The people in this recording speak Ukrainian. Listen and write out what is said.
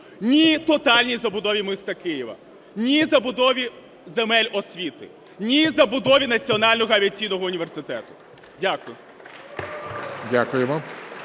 Ні – тотальній забудові міста Києва! Ні – забудові земель освіти! Ні – забудові Національного авіаційного університету! Дякую.